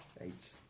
Eight